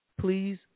please